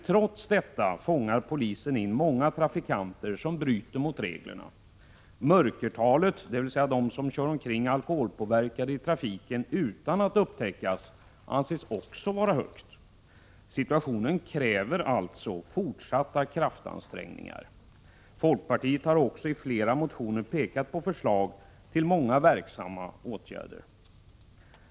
Trots detta fångar polisen in många trafikanter som bryter mot reglerna. Mörkertalet, de som kör omkring onyktra utan att upptäckas, anses också vara högt. Situationen kräver alltså fortsatta kraftansträngningar. Folkpartiet har i flera motioner givit förslag till många verksamma åtgärder.